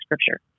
Scripture